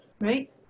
right